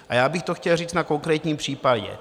A já bych to chtěl říct na konkrétním případě.